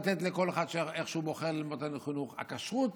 לתת לכל אחד ללמוד איך שהוא בוחר את החינוך,